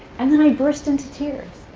and then i burst into tears.